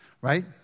right